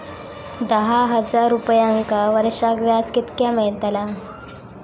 दहा हजार रुपयांक वर्षाक व्याज कितक्या मेलताला?